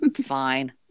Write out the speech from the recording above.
fine